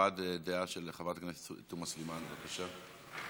הבעת דעה של חברת הכנסת תומא סלימאן, בבקשה.